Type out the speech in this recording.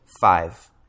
Five